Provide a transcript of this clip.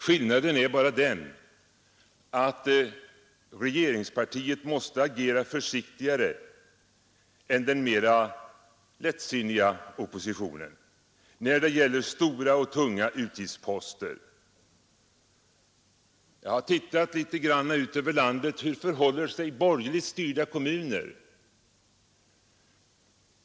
Skillnaden är bara den att regeringspartiet måste agera försiktigare än den mera lättsinniga oppositionen när det gäller stora och tunga utgiftsposter. Jag har undersökt hur det förhåller sig i borgerligt styrda kommuner ute i landet.